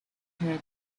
had